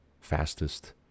fastest